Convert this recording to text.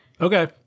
Okay